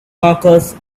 marcus